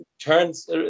turns